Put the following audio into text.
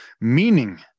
meaning